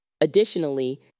Additionally